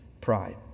pride